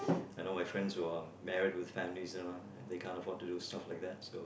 I know my friends who are married with family they can't afford to do stuff like that so